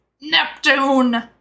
Neptune